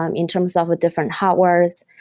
um in terms of different hardwares.